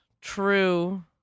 true